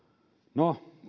no